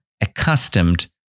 accustomed